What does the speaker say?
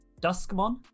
Duskmon